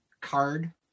card